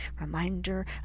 reminder